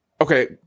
Okay